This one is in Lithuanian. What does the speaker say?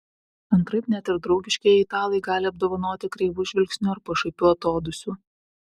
antraip net ir draugiškieji italai gali apdovanoti kreivu žvilgsniu ar pašaipiu atodūsiu